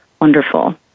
wonderful